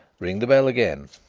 ring the bell again.